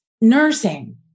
nursing